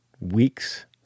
weeks